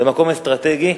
במקום אסטרטגי,